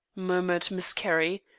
murmured miss carrie,